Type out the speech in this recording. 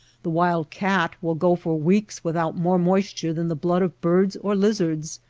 the wild cat will go for weeks without more moisture than the blood of birds or lizards,